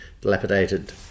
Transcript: dilapidated